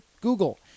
Google